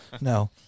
No